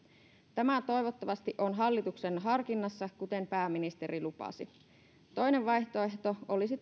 tämä toivottavasti on hallituksen harkinnassa kuten pääministeri lupasi toinen vaihtoehto olisi